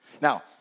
Now